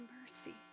mercy